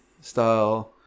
style